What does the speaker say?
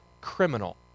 criminal